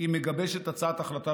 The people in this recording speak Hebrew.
היא מגבשת הצעת החלטה,